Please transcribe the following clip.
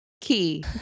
key